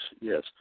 yes